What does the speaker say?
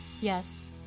Yes